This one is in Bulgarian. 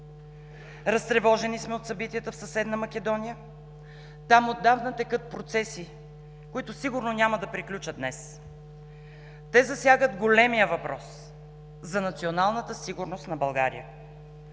Разтревожени сме от събитията в съседна Македония. Там отдавна текат процеси, които сигурно няма да приключат днес. Те засягат големия въпрос за националната сигурност на България.